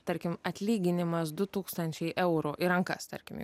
tarkim atlyginimas du tūkstančiai eurų į rankas tarkim